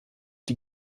die